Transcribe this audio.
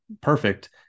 perfect